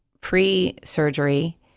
pre-surgery